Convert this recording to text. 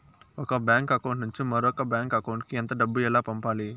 ఒక bank account నుంచి మరొక బ్యాంకు అకౌంట్ కు ఎంత డబ్బు ఎలా పంపాలి